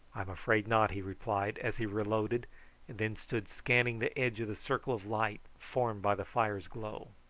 i'm afraid not, he replied, as he reloaded and then stood scanning the edge of the circle of light formed by the fire's glow.